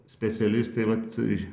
specialistai vat i